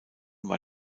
war